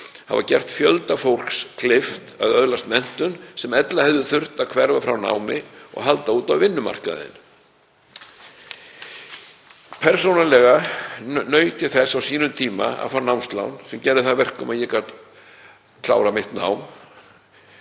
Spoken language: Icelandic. hafa gert fjölda fólks kleift að öðlast menntun, sem ella hefði þurft að hverfa frá námi og halda út á vinnumarkaðinn. Persónulega naut ég þess á sínum tíma að fá námslán sem gerði að verkum að ég gat klárað mitt nám